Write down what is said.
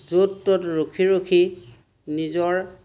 য'ত ত'ত ৰখি ৰখি নিজৰ